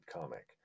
comic